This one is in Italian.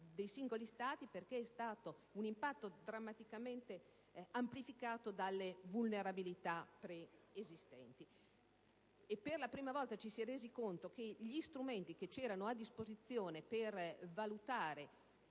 dei singoli Stati perché è stato un impatto drammaticamente amplificato dalle vulnerabilità preesistenti. E per la prima volta ci si è resi conto che gli strumenti che erano a disposizione per valutare,